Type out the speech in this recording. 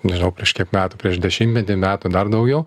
nežinau prieš kiek metų prieš dešimtmetį metų dar daugiau